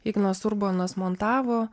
ignas urbonas montavo